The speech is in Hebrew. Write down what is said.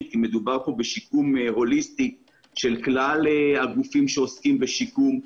כי מדובר כאן בשיקום הוליסטי של כלל הגופים שעוסקים בשיקום.